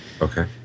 Okay